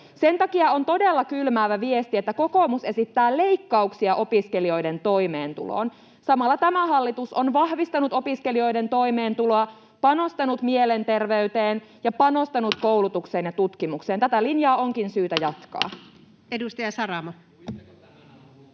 Sen takia on todella kylmäävä viesti, että kokoomus esittää leikkauksia opiskelijoiden toimeentuloon. Samalla tämä hallitus on vahvistanut opiskelijoiden toimeentuloa, panostanut mielenterveyteen ja panostanut koulutukseen ja tutkimukseen. Tätä linjaa onkin syytä jatkaa. [Puhemies